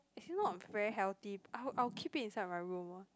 as in not very healthy I'll I'll keep it inside my room orh